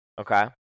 Okay